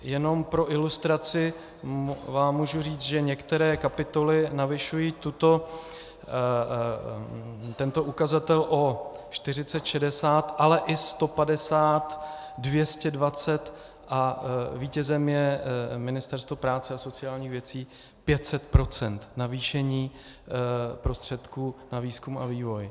Jenom pro ilustraci vám můžu říct, že některé kapitoly navyšují tento ukazatel o 40, 60, ale i 150, 220 a vítězem je Ministerstvo práce a sociálních věcí 500 % navýšení prostředků na výzkum a vývoj.